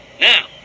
Now